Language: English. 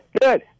Good